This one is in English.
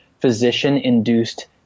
physician-induced